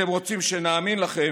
אתם רוצים שנאמין לכם